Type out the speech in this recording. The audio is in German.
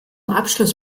abschluss